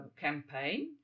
campaign